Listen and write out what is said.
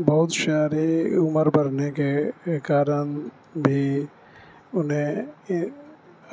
بہت سارے عمر برھنے کے کارن بھی انہیں